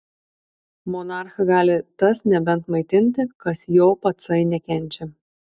monarchą gali tas nebent maitinti kas jo patsai nekenčia